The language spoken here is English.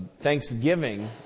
Thanksgiving